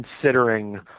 considering